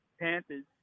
Panthers